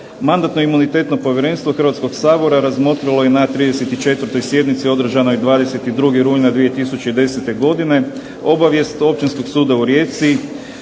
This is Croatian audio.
Mandatno-imunitetno povjerenstvo Hrvatskoga sabora razmotrilo je na 39. sjednici održanoj dana 9. prosinca 2010. godine zahtjev Državnog odvjetništva,